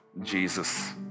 Jesus